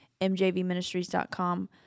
mjvministries.com